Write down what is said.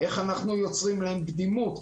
איך אנחנו יוצרים להם קדימות,